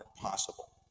possible